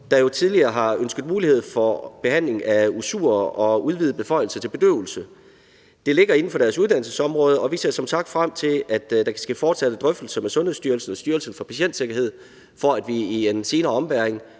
der tidligere har ønsket mulighed for behandling af usurer og udvidet beføjelse til bedøvelse. Det ligger inden for deres uddannelsesområde, og vi ser som sagt frem til, at der kan ske fortsatte drøftelser med Sundhedsstyrelsen og Styrelsen for Patientsikkerhed, for at vi i en senere ombæring